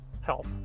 health